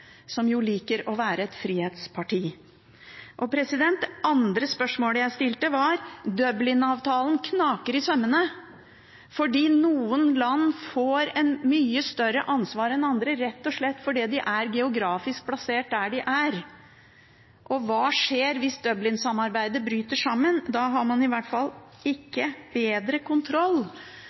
som jo liker å være et frihetsparti. Det andre spørsmålet jeg stilte, gikk på det at Dublin-avtalen knaker i sømmene fordi noen land får et mye større ansvar enn andre, rett og slett fordi de er geografisk plassert der de er. Og hva skjer hvis Dublin-samarbeidet bryter sammen? Da har man i hvert fall ikke bedre kontroll